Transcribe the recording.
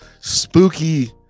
spooky